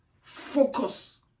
Focus